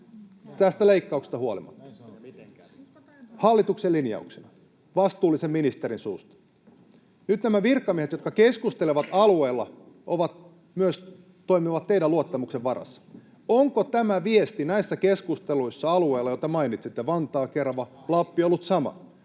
tästä leikkauksesta huolimatta — hallituksen linjauksena, vastuullisen ministerin suusta. Nyt nämä virkamiehet, jotka keskustelevat alueilla, myös toimivat teidän luottamuksenne varassa. Onko tämä viesti näissä keskusteluissa alueilla, joita mainitsitte — Vantaa, Kerava, Lappi — ollut sama?